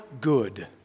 good